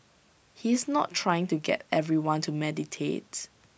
he is not trying to get everyone to meditates